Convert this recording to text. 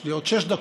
יש לי עוד שש דקות.